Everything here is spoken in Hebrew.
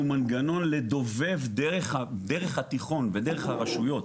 מנגנון לדובב דרך התיכון ודרך הרשויות